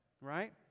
Right